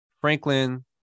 Franklin